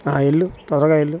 వెళ్ళు త్వరగా వెళ్ళు